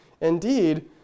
Indeed